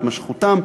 התמשכותן,